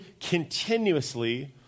continuously